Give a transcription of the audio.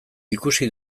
ikusi